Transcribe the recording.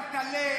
נתקבלה.